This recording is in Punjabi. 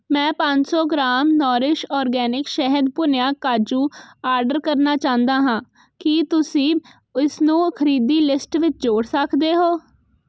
ਮੈਂ ਪੰਜ ਸੌ ਗ੍ਰਾਮ ਨੋਰਿਸ਼ ਆਰਗੈਨਿਕਸ ਸ਼ਹਿਦ ਭੁੰਨਿਆ ਕਾਜੂ ਆਡਰ ਕਰਨਾ ਚਾਹੁੰਦਾ ਹਾਂ ਕੀ ਤੁਸੀਂ ਇਸਨੂੰ ਖਰੀਦੀ ਲਿਸਟ ਵਿੱਚ ਜੋੜ ਸਕਦੇ ਹੋ